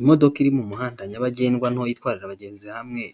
Imodoka iri mu muhanda nyabagendwa nto itwara abagenzi hamwe,